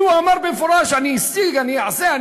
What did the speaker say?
לי הוא אמר במפורש: אני אשיג, אני אעשה.